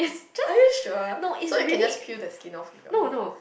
are you sure so you can just peel the skin off with your hand